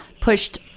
pushed